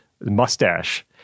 mustache